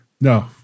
No